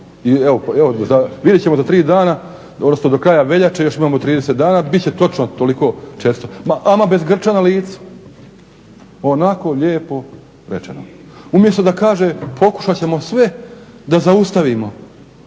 Evo vidjet ćemo za tri dana, odnosno do kraja veljače bit će točno toliko 400, ama bez grča na licu, onako lijepo rečeno. Umjesto da kaže pokušat ćemo sve da zaustavimo